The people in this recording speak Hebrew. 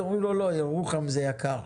אומרים לו: לא, ירוחם זה יקר.